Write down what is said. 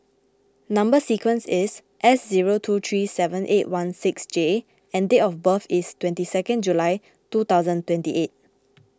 Number Sequence is S zero two three seven eight one six J and date of birth is twenty two July two thousand and twenty eight